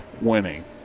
winning